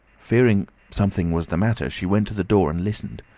fearing something was the matter, she went to the door and listened,